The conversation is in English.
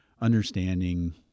understanding